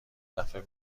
دفعه